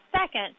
second